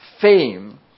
fame